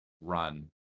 run